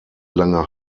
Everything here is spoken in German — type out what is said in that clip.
lange